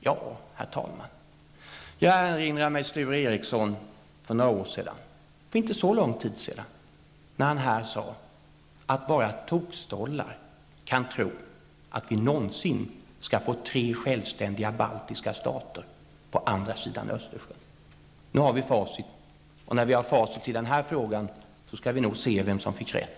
Ja, herr talman, jag erinrar mig när Sture Ericson för inte så många år sedan här sade att bara tokstollar kan tro att det någonsin blir tre självständiga baltiska stater på andra sidan Östersjön. Nu har vi facit, och när vi har facit i den här frågan skall vi nog se vem som fick rätt.